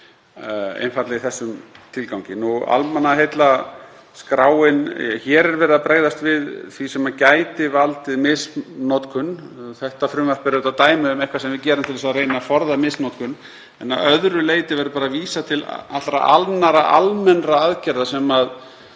einfaldlega í þessum tilgangi. Almannaheillaskráin, hér er verið að bregðast við því sem gæti valdið misnotkun. Þetta frumvarp er auðvitað dæmi um eitthvað sem við gerum til að reyna að forðast misnotkun en að öðru leyti verður að vísa til allra annarra almennra aðgerða sem við